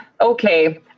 okay